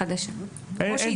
היא חדשה.